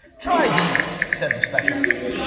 try these, said the specialists.